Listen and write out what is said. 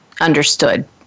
understood